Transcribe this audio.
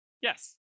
Yes